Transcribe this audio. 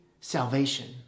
salvation